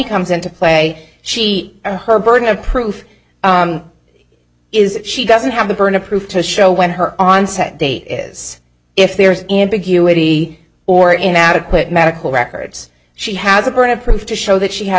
comes into play she and her burden of proof is if she doesn't have the burden of proof to show when her onset date is if there is ambiguity or inadequate medical records she has a burden of proof to show that she has